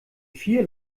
vier